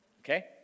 Okay